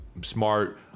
smart